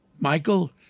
Michael